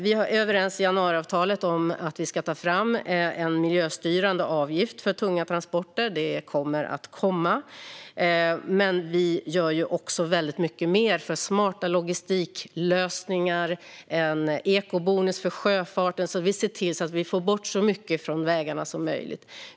Vi är överens i januariavtalet om att vi ska ta fram en miljöstyrande avgift för tunga transporter. Det kommer att komma. Men vi gör också väldigt mycket mer för smarta logistiklösningar och inför en ekobonus för sjöfarten för att på så sätt få bort så mycket som möjligt från vägarna.